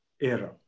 era